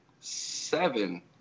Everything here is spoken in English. seven